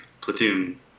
platoon